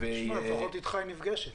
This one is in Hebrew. לפחות אתך היא נפגשת.